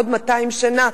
בעוד 200 שנה,